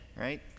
right